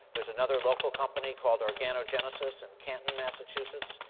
there's another local company called organogenesis in canton, massachusetts.